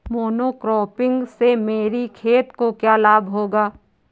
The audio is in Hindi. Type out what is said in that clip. मोनोक्रॉपिंग से मेरी खेत को क्या लाभ होगा?